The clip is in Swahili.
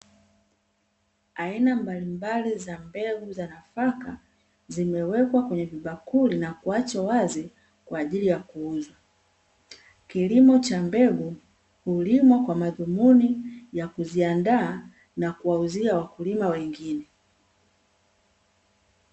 Aina mbalimbali za mbegu za nafaka zimewekwa kwenye vibakuli na kuachwa wazi kwa ajili ya kuuzwa. Kilimo cha mbegu hulimwa kwa madhumuni ya kuziandaa na kuwauzia wakulima wengine.